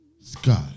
Scott